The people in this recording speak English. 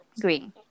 Green